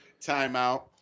timeout